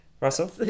russell